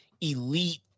elite